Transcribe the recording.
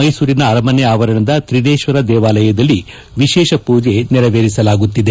ಮೈಸೂರಿನ ಅರಮನೆ ಅವರಣದ ತ್ರಿನೇಶ್ವರ ದೇವಾಲಯದಲ್ಲಿ ವಿಶೇಷ ಪೂಜೆ ನೇರವೇರಿಸಲಾಗುತ್ತಿದೆ